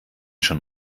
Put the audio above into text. schon